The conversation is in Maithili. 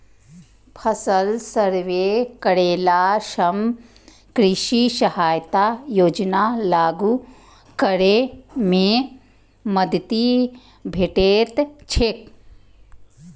फसल सर्वे करेला सं कृषि सहायता योजना लागू करै मे मदति भेटैत छैक